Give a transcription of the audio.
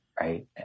right